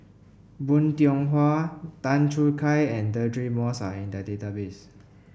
Bong Hiong Hwa Tan Choo Kai and Deirdre Moss are in the database